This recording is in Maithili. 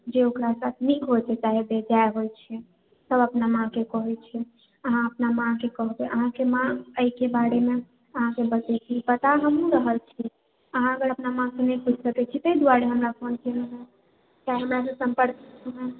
जे ओकरा से अपने कहते सएह होइ छै सब अपना माँ के कहै छै अहाँ अपना माँके कहबै अहाँके माँ एहिके बारेमे अहाँके बतेती बता हमहुँ रहल छी अहाँ अगर अपना माँ से नहि पूछि सकै छी ताहि दुआरे हमरा फोन केलोन्ह हैं हमरासे सम्पर्क केलोन्है